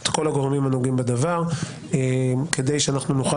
את כל הגורמים הנוגעים בדבר כדי שאנחנו נוכל